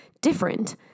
different